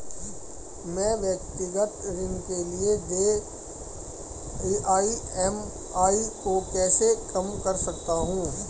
मैं व्यक्तिगत ऋण के लिए देय ई.एम.आई को कैसे कम कर सकता हूँ?